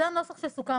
זה הנוסח שסוכם,